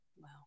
Wow